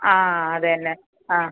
ആ അത് തന്നെ ആ